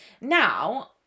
now